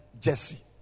Jesse